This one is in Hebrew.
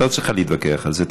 את לא צריכה להתווכח על זה.